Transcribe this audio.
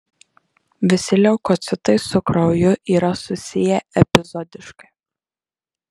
visi leukocitai su krauju yra susiję epizodiškai